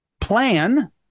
plan